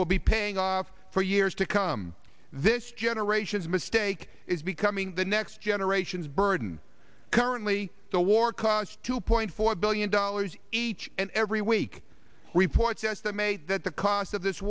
will be paying off for years to come this generation's mistake is becoming the next generation's burden currently the war cost two point four billion dollars each and every week reports estimate that the cost of this